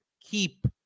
keep